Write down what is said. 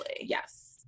Yes